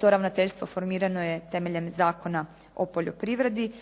To ravnateljstvo formirano je temeljem Zakona o poljoprivredi.